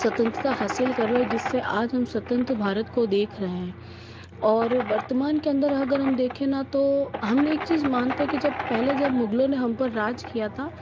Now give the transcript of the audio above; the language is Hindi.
स्वतंत्रता हासिल करवाई जिससे आज हम स्वतंत्र भारत को देख रहे हैं और वर्तमान के अंदर अगर हम देखें ना तो हम एक चीज मानते कि जब पहले जब मुगलों ने हम पर राज किया था